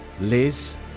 Liz